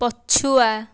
ପଛୁଆ